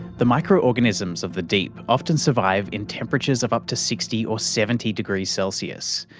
the microorganisms of the deep often survive in temperatures of up to sixty or seventy degrees celsius,